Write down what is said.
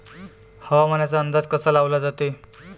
हवामानाचा अंदाज कसा लावला जाते?